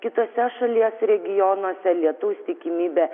kitose šalies regionuose lietaus tikimybė